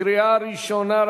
קריאה ראשונה.